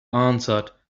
answered